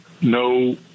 no